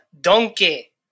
Donkey